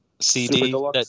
cd